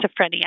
schizophrenia